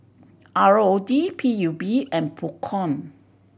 R O D P U B and Procom